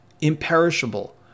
imperishable